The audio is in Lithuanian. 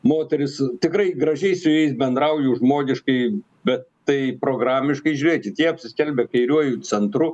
moterys tikrai gražiai su jais bendrauju žmogiškai bet tai programiškai žiūrėkit jie apsiskelbė kairiuoju centru